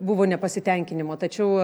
buvo nepasitenkinimo tačiau